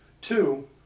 Two